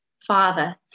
Father